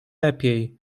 lepiej